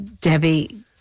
Debbie